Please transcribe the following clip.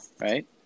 right